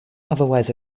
otherwise